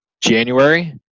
January